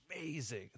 amazing